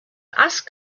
ask